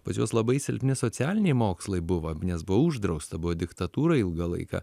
pas juos labai silpni socialiniai mokslai buvo nes buvo uždrausta buvo diktatūra ilgą laiką